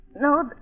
No